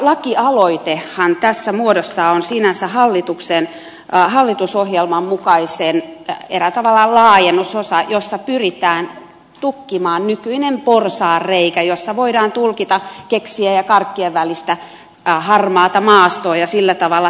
lakialoitehan tässä muodossa on sinänsä eräällä tavalla hallitusohjelman mukainen laajennusosa jossa pyritään tukkimaan nykyinen porsaanreikä ja jossa voidaan tulkita keksien ja karkkien välistä harmaata maastoa ja sillä tavalla selkeyttää lainsäädäntöä